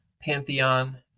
pantheon